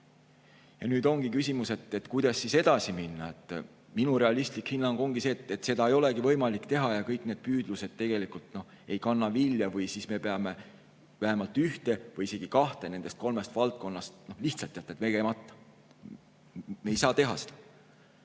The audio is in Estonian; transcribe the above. Nüüd ongi küsimus, kuidas edasi minna. Minu realistlik hinnang on see, et seda ei olegi võimalik teha ja kõik need püüdlused tegelikult ei kanna vilja. Või siis me peame vähemalt üks või isegi kaks nendest kolmest valdkonnast lihtsalt jätma tegemata. Ei saa teha seda.